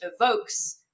evokes